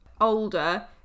older